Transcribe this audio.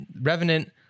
Revenant